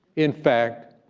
in fact,